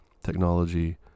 technology